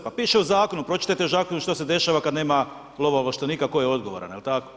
Pa piše u zakonu, pročitajte u zakonu što se dešava kad nema lovoovlaštenika koji je odgovoran, jel tako?